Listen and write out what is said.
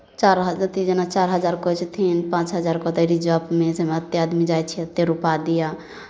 चारि हजा अथि जेना चारि हजार कहैत छथिन पाँच हजार कहतै रिजर्वमे से हम एतेक आदमी जाइ छियै एतेक रुपैआ दिअ